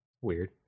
Weird